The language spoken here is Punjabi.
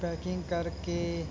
ਪੈਕਿੰਗ ਕਰਕੇ